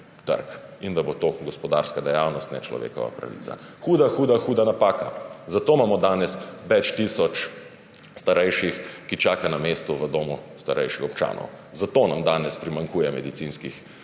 trg, da bo to gospodarska dejavnost, ne človekova pravica. Huda, huda, huda napaka! Zato imamo danes več tisoč starejših, ki čakajo na mesto v domu starejših občanov. Zato nam danes primanjkuje medicinskih